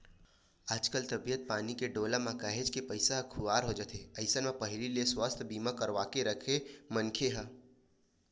आजकल तबीयत पानी के डोलब म काहेच के पइसा ह खुवार हो जाथे अइसन म पहिली ले सुवास्थ बीमा करवाके के राखे मनखे ह